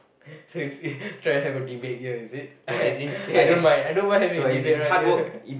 so if if try and have a debate here is it I I don't mind I don't mind having a debate right here